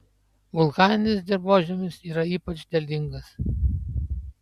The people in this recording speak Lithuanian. vulkaninis dirvožemis yra ypač derlingas